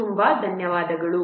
ಇವು ರೆಫರೆನ್ಸ್ಗಳು